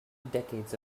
decades